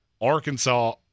Arkansas